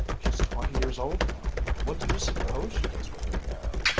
she's twenty years old now, what do you suppose she does with her hair?